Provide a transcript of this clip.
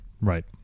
Right